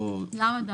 למה?